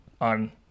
on